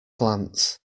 glance